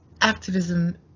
activism